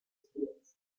spears